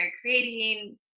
creating